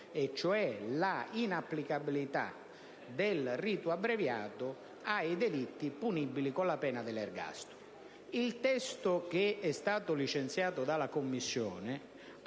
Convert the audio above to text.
l'inapplicabilità del rito abbreviato ai delitti punibili con la pena dell'ergastolo. Il testo licenziato dalla Commissione